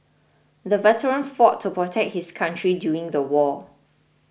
the veteran fought to protect his country during the war